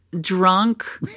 drunk